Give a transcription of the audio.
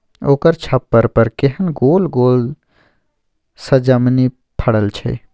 ओकर छप्पर पर केहन गोल गोल सजमनि फड़ल छै